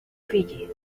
fiyi